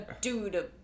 dude